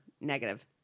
Negative